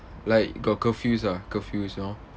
like got curfews ah curfews you know